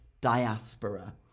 diaspora